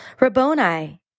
Rabboni